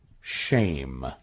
shame